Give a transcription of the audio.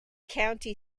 county